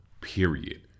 period